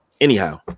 anyhow